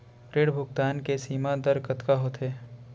ऋण भुगतान के सीमा दर कतका होथे?